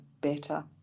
better